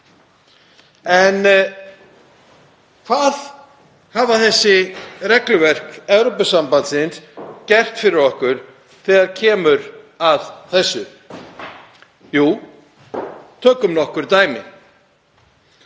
Hvað hafa þessi regluverk Evrópusambandsins gert fyrir okkur þegar kemur að þessu? Tökum nokkur dæmi.